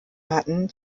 hatten